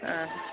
ಹಾಂ